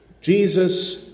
Jesus